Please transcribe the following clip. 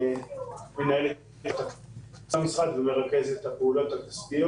חידשה את פעולתה.